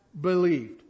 believed